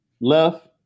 Left